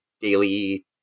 daily